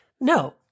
No